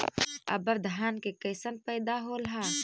अबर धान के कैसन पैदा होल हा?